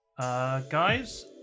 guys